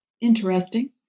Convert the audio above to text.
interesting